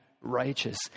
righteous